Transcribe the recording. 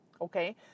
Okay